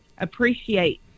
appreciate